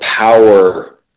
power